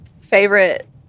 favorite